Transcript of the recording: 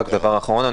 דבר אחרון,